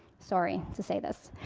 sorry to say this,